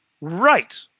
Right